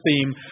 theme